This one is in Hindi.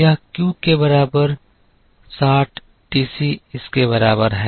यह Q के बराबर है 60 TC इसके बराबर है